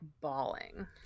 bawling